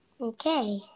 okay